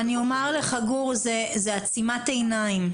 אני אומר לך גור, זו עצימת עיניים.